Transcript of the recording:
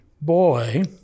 boy